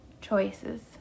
choices